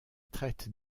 traite